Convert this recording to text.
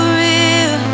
real